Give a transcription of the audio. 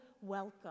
welcome